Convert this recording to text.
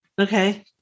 Okay